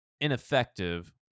ineffective